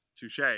Touche